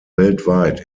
weltweit